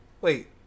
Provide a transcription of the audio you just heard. wait